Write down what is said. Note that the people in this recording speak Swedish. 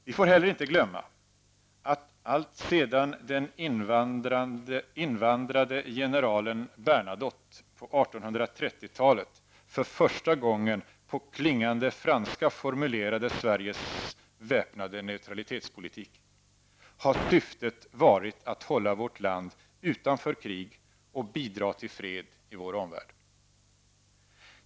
Vi får inte heller glömma, att alltsedan den invandrade generalen Bernadotte på 1830-talet för första gången på klingande franska formulerade Sveriges väpnade neutralitetspolitik har syftet varit att hålla vårt land utanför krig och bidra till fred i vår omvärld.